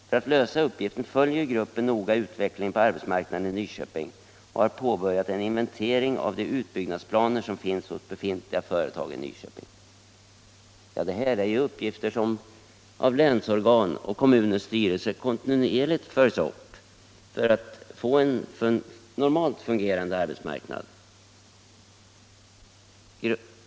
För att lösa uppgiften följer gruppen noga utvecklingen på arbetsmarknaden i Nyköping och har påbörjat en inventering av de utbyggnadsplaner som finns hos befintliga företag i Nyköping.” Detta är ju uppgifter som av länsorgan och kommunens styrelse kontinuerligt följs upp för att man skall få en normalt fungerande arbetsmarknad.